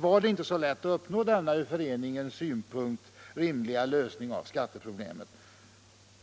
var det inte så lätt att uppnå denna ur föreningens synpunkt rimliga lösning av skatteproblemet.